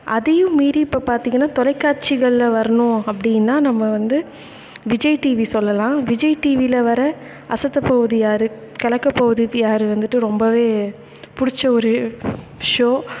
அதையும் மீறி இப்போ பார்த்திங்கன்னா தொலைக்காட்சிகளில் வரணும் அப்படின்னா நம்ம வந்து விஜய் டிவி சொல்லலாம் விஜய் டிவியில் வர அசத்தப்போவது யாரு கலக்கப்போவது யாரு வந்துட்டு ரொம்பவே பிடிச்ச ஒரு ஷோ